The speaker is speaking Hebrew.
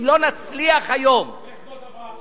אם לא נצליח היום, איך זו עברה?